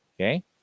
okay